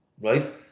right